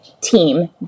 team